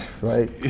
right